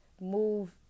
move